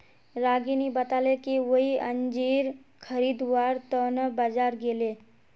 रागिनी बताले कि वई अंजीर खरीदवार त न बाजार गेले